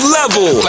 level